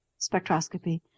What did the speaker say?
spectroscopy